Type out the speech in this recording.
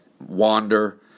wander